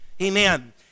Amen